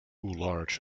large